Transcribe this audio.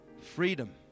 Freedom